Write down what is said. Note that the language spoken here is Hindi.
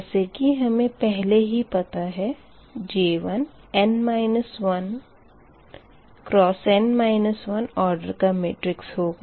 जैसे कि हमें पहले ही पता है J1 n 1 ऑर्डर का मेट्रिक्स होगा